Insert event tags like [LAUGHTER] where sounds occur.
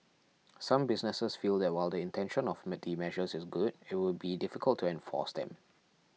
some businesses feel that while the intention of [UNINTELLIGIBLE] the measures is good it would be difficult to enforce them